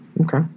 Okay